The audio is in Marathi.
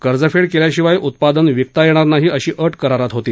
कर्जफेड केल्याशिवाय उत्पादन विकता येणार नाही अशी अट करारात होती